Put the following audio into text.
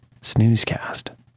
snoozecast